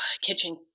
kitchen